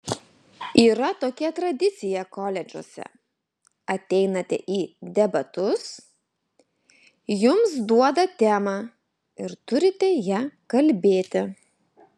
yra tokia tradicija koledžuose ateinate į debatus jums duoda temą ir turite ja kalbėti